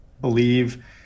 believe